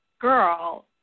girl